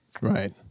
Right